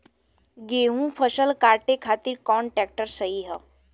गेहूँक फसल कांटे खातिर कौन ट्रैक्टर सही ह?